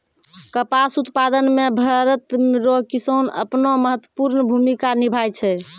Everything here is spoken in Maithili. कपास उप्तादन मे भरत रो किसान अपनो महत्वपर्ण भूमिका निभाय छै